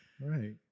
Right